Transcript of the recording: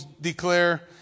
declare